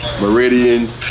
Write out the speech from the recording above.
Meridian